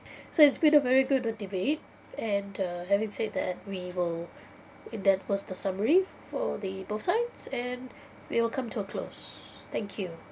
so it's been a very good the debate and uh having said that we will in that was the summary for the both sides and we will come to a close thank you